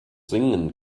singen